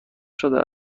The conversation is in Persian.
شده